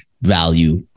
value